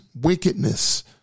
wickedness